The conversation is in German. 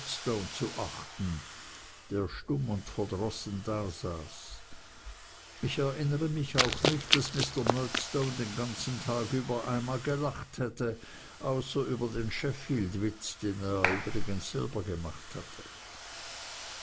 zu achten der stumm und verdrossen dasaß ich erinnere mich auch nicht daß mr murdstone den ganzen tag über einmal gelacht hätte außer über den sheffield witz den er ja übrigens selber gemacht hatte